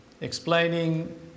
explaining